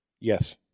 Yes